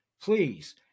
Please